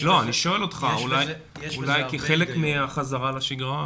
אולי כחלק מהחזרה לשגרה.